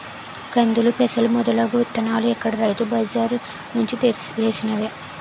కందులు, పెసలు మొదలగు ఇత్తనాలు ఇక్కడ రైతు బజార్ నుంచి తెచ్చి వేసినవే